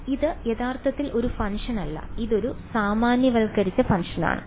അതിനാൽ ഇവിടെ ഇത് യഥാർത്ഥത്തിൽ ഒരു ഫംഗ്ഷൻ അല്ല ഇതൊരു സാമാന്യവൽക്കരിച്ച ഫംഗ്ഷനാണ്